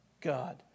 God